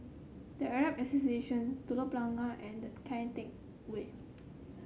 The Arab Association Telok Blangah and Kian Teck Way